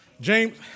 James